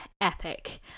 epic